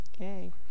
Okay